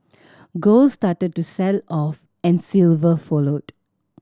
gold started to sell off and silver followed